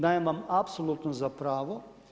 Dajem vam apsolutno za pravo.